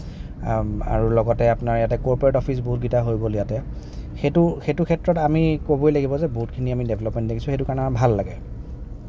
আৰু লগতে আপোনাৰ ইয়াতে ক'ৰপৰেট অফিচ বহুতকেইটা হৈ গ'ল ইয়াতে সেইটো সেইটো ক্ষেত্ৰত আমি ক'বই লাগিব যে বহুতখিনি আমি ডেভেলপমেণ্ট দেখিছোঁ সেইটো কাৰণে আমাৰ ভাল লাগে